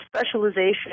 specialization